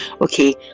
Okay